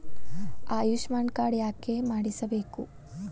Ayushman card ಯಾಕೆ ಮಾಡಿಸಬೇಕು?